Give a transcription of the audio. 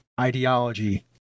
ideology